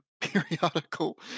periodical